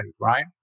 right